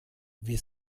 wir